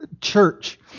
Church